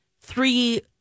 three